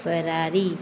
Ferrari